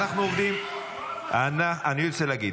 אנחנו עובדים ------ אני רוצה להגיד,